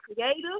creative